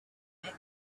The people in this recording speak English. mecca